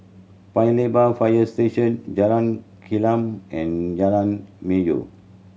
Paya Lebar Fire Station Jalan Gelam and Jalan Melor